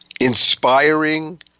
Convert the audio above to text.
Inspiring